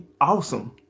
awesome